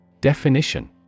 Definition